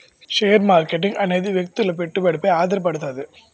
share marketing అనేది వ్యక్తుల పెట్టుబడిపై ఆధారపడుతది